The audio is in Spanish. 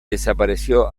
desapareció